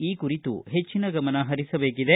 ಈ ಕುರಿತು ಹೆಚ್ಚಿನ ಗಮನ ಹರಿಸಬೇಕಿದೆ